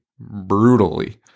Brutally